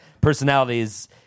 personalities